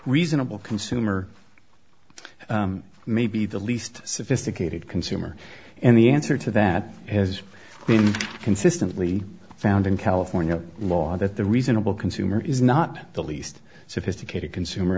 reasonable consumer may be the least sophisticated consumer and the answer to that has been consistently found in california law that the reasonable consumer is not the least sophisticated consumer